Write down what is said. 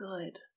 good